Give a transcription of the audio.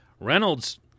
Reynolds